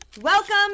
Welcome